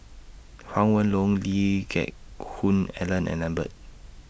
Huang Lee Geck Hoon Ellen and Lambert